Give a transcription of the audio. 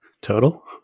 Total